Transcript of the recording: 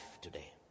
today